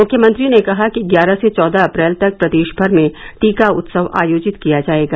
मुख्यमंत्री ने कहा कि ग्यारह से चौदह अप्रैल तक प्रदेश भर में टीका उत्सव आयोजित किया जायेगा